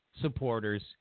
supporters